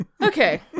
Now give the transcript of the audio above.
Okay